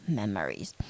memories